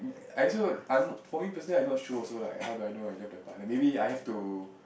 I also I'm for me personally I'm not sure also like how do I know I don't love the partner maybe I have to